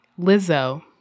Lizzo